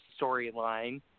storyline